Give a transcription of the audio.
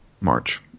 March